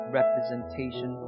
representation